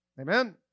Amen